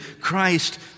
Christ